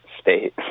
state